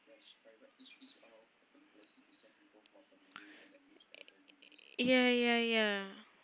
ya ya ya